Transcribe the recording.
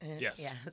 Yes